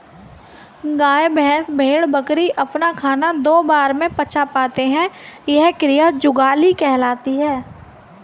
गाय, भैंस, भेड़, बकरी अपना खाना दो बार में पचा पाते हैं यह क्रिया जुगाली कहलाती है